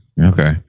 okay